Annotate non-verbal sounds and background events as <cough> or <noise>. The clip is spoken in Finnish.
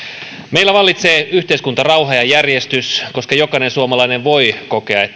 meillä vallitsee yhteiskuntarauha ja järjestys koska jokainen suomalainen voi kokea <unintelligible>